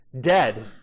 dead